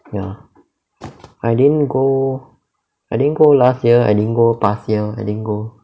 ya I didn't go I didn't go last year I didn't go past year I didn't go